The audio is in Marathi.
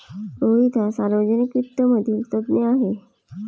रोहित हा सार्वजनिक वित्त मधील तज्ञ आहे